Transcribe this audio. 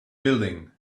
building